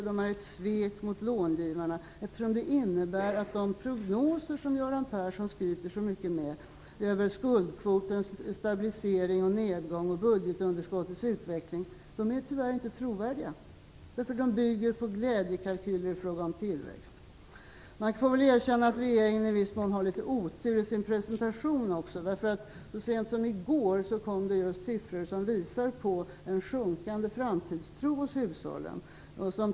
De är ett svek mot långivarna eftersom det innebär att de prognoser över skuldkvotens stabilisering och nedgång och budgetunderskottets utveckling som Göran Persson skryter så mycket med tyvärr inte är trovärdiga. De bygger på glädjekalkyler i fråga om tillväxt. Man får erkänna att regeringen i viss mån har litet otur i sin presentation. Så sent som i går kom siffror som visar på en sjunkande framtidstro hos hushållen.